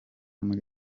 muri